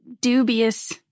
dubious